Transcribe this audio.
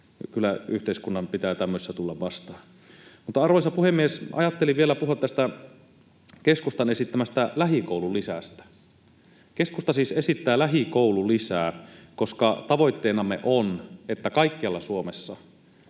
Kyllä yhteiskunnan pitää tämmöisessä tulla vastaan. Arvoisa puhemies! Ajattelin vielä puhua tästä keskustan esittämästä lähikoululisästä. Keskusta siis esittää lähikoululisää, koska tavoitteenamme on, että kaikkialla Suomessa